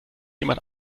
jemand